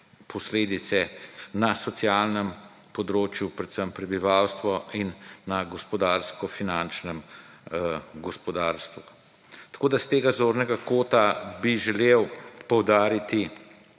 posledice na socialnem področju predvsem prebivalstvo in na gospodarsko-finančnem gospodarstvo. Tako da s tega zornega kota bi želel poudariti,